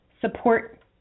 support